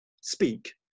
speak